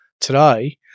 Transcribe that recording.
today